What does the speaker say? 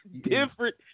different